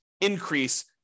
increase